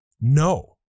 no